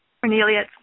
Cornelia